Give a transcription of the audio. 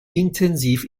intensiv